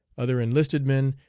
other enlisted men,